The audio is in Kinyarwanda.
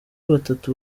batatu